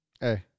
Hey